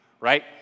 right